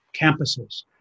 campuses